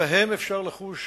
ובהם אפשר לחוש